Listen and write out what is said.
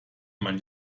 man